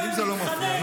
אני מחכה שהם יסיימו.